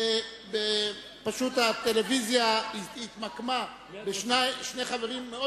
ופשוט הטלוויזיה התמקדה בשני חברים מאוד